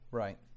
right